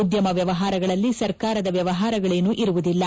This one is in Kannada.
ಉದ್ಯಮ ವ್ಯವಹಾರಗಳಲ್ಲಿ ಸರ್ಕಾರದ ವ್ಯವಹಾರಗಳೇನು ಇರುವುದಿಲ್ಲ